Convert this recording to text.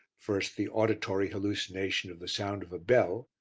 first the auditory hallucination of the sound of a bell,